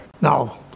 No